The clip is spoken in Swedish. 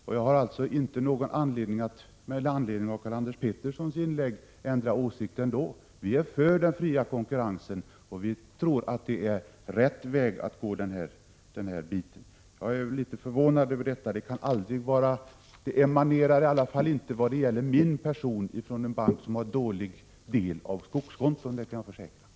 Det finns inga skäl för mig att ändra åsikt med anledning av Karl-Anders Peterssons inlägg. Vi är för den fria konkurrensen och tror att detta är rätt väg att gå. Jag är förvånad över hans inlägg. Jag kan försäkra att kravet inte emanerar från en bank som har dålig andel skogskonton — åtminstone inte vad gäller min person.